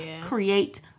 create